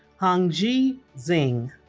hongyi zheng